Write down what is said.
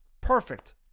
Perfect